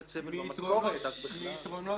ניסן,